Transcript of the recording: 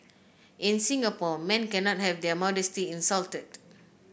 in Singapore men cannot have their modesty insulted